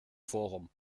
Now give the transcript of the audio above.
forum